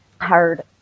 hard